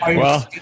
well,